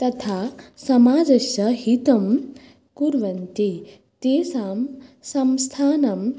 तथा समाजस्य हितं कुर्वन्ति तासां संस्थानां